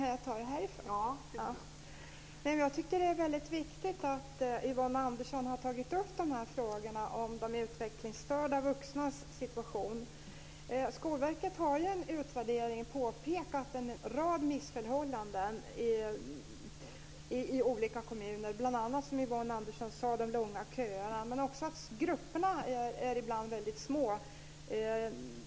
Fru talman! Jag tycker att det är väldigt viktigt att Yvonne Andersson tar upp de här frågorna om de utvecklingsstörda vuxnas situation. Skolverket har i en utvärdering påpekat en rad missförhållanden i olika kommuner. Det gäller bl.a. de långa köerna, som Yvonne Andersson sade. Det gäller också att grupperna ibland är väldigt små.